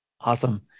Awesome